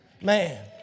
Man